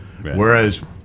Whereas